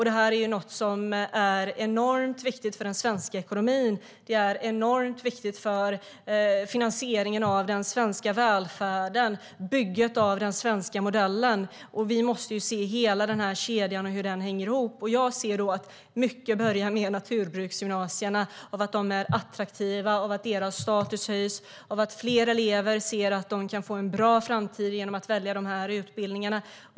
Det är enormt viktigt för den svenska ekonomin, för finansieringen av den svenska välfärden och för bygget av den svenska modellen. Vi måste se hela kedjan och hur den hänger ihop. Jag ser att mycket börjar med naturbruksgymnasierna och att de är attraktiva, att deras status höjs och att fler elever ser att de kan få en bra framtid genom att välja dessa utbildningar.